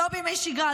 לא בימי שגרה,